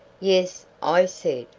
yes, i said,